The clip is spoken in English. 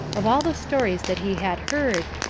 of all the stories that he had heard,